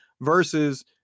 versus